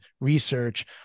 research